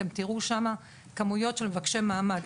אתם תראו שם כמויות של מבקשי מעמד.